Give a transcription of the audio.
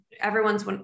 everyone's